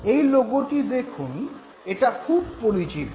এই লোগোটি দেখুন এটা খুব পরিচিত